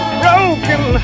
broken